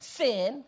sin